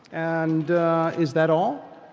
and is that all?